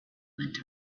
went